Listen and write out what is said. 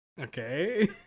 okay